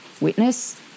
witness